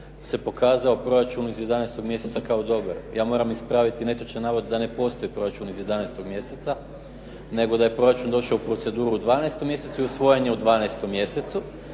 se pokazao proračun iz 11. mjeseca kao dobro. Ja moram ispraviti netočan navod, da ne postoji proračun iz 11. mjeseca, nego da je proračun došao u proceduru u 12. mjesecu i usvojen je u 12. mjesecu.